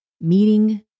meeting